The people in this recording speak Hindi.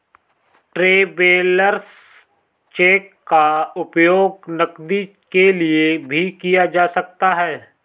ट्रैवेलर्स चेक का उपयोग नकदी के लिए भी किया जा सकता है